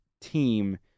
team